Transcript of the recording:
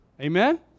Amen